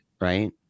right